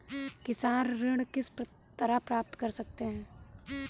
किसान ऋण किस तरह प्राप्त कर सकते हैं?